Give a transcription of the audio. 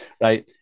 right